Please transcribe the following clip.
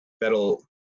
that'll